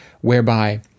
whereby